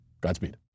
Godspeed